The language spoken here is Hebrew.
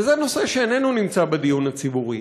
וזה נושא שאיננו נמצא בדיון הציבורי.